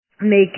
make